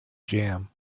jam